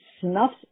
snuffs